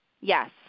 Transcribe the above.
Yes